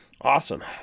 Awesome